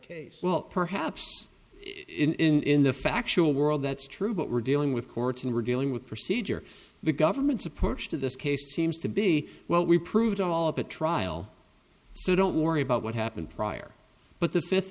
case well perhaps in the factual world that's true but we're dealing with courts and we're dealing with procedure the government supports to this case seems to be well we proved all of the trial so don't worry about what happened prior but the fifth